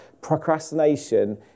Procrastination